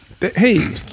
Hey